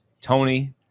Tony